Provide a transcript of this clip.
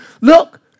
Look